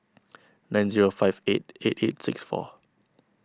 nine zero five eight eight eight six four